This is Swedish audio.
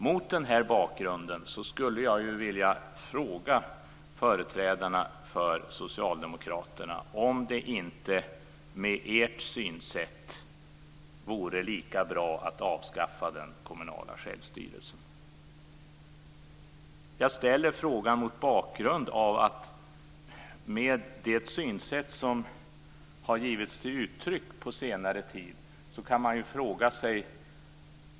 Mot denna bakgrund vill jag fråga företrädarna för socialdemokraterna om det inte med ert synsätt vore lika bra att avskaffa den kommunala självstyrelsen. Jag ställer frågan mot bakgrund av det synsätt som socialdemokraterna har givit uttryck för på senare tid.